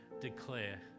declare